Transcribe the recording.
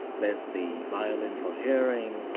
there's the violin for hearing,